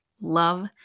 love